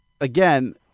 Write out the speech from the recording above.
Again